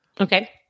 Okay